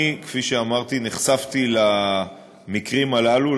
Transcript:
אני, כפי שאמרתי, נחשפתי למקרים הללו.